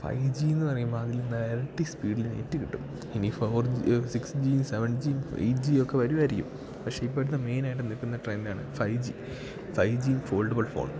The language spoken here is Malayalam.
ഫൈവ് ജീയെന്നു പറയുമ്പോൾ അതിൽ ഇരട്ടി സ്പീഡിൽ നെറ്റ് കിട്ടും ഇനി four G six G seven G eight ജിയൊക്കെ വരുമായിരിക്കും പക്ഷെ ഇപ്പോഴത്തെ മെയിനായിട്ട് നിൽക്കുന്ന ട്രെൻഡാണ് five G five G foldable phone